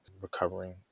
recovering